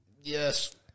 Yes